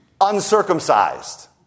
uncircumcised